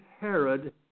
Herod